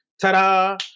Ta-da